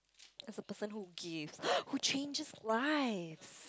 as a person who gives who changes lives